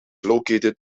located